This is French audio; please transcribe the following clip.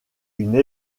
une